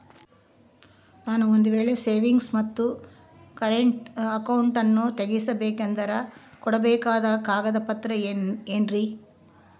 ನಾನು ಒಂದು ವೇಳೆ ಸೇವಿಂಗ್ಸ್ ಮತ್ತ ಕರೆಂಟ್ ಅಕೌಂಟನ್ನ ತೆಗಿಸಬೇಕಂದರ ಕೊಡಬೇಕಾದ ಕಾಗದ ಪತ್ರ ಏನ್ರಿ?